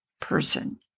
person